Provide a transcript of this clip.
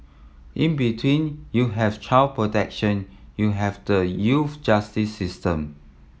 in between you have child protection you have the youth justice system